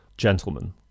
gentlemen